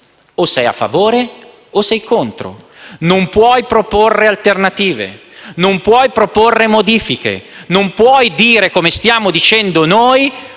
O sei a favore o sei contrario; non puoi proporre alternative; non puoi proporre modifiche; non puoi dire - come stiamo dicendo noi